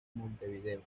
montevideo